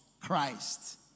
Christ